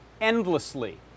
endlessly